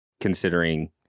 considering